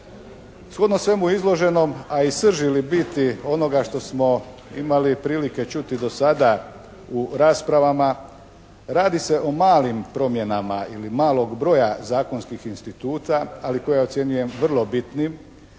svemu izloženom a i srži ili biti onoga što smo imali prilike čuti do sada u raspravama radi se o malim promjenama ili malog broja zakonskih instituta ali koje ja ocjenjujem vrlo bitnim